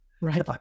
Right